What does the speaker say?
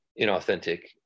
inauthentic